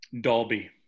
Dolby